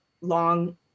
long